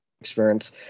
experience